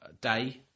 day